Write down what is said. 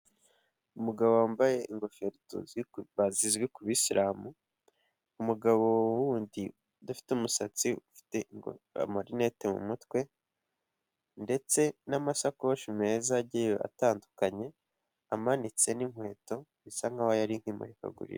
Umugabo wambaye ingofero zizwi ku bisilamu. Umugabo wundi udafite umusatsi ufite amarineti mu mutwe. Ndetse n'amasakoshi meza agiye atandukanye, amanitse n'inkweto bisa nkaho yari imurikagurisha.